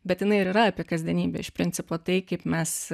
bet jinai ir yra apie kasdienybę iš principo tai kaip mes